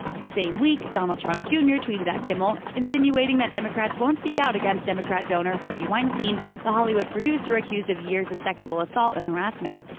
the same week, donald trump, jr. tweeted at kimmel, insinuating that democrats won't speak out against democratic donor harvey weinstein, the hollywood producer accused of years of sexual assault and harassment.